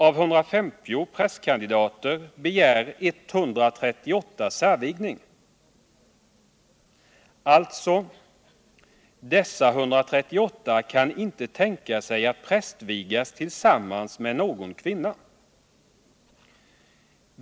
Av 150 manliga prästkandidater bogär 138 särvigning. Alltså: dessa 138 kan inte tänka sig att prästvigas tillsammans med någon kvinna.